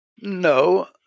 no